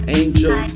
angel